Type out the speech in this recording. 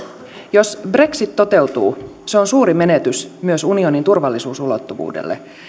jos brexit toteutuu se on suuri menetys myös unionin turvallisuus ulottuvuudelle